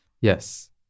Yes